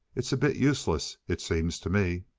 it's a bit useless, it seems to me.